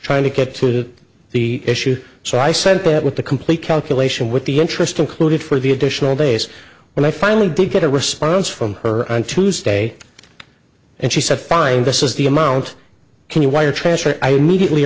trying to get through to the issue so i sent it with the complete calculation with the interest included for the additional days when i finally did get a response from her on tuesday and she said fine this is the amount can you wire transfer i immediately